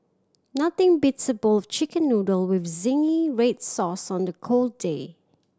nothing beats a bowl of Chicken Noodle with zingy red sauce on a cold day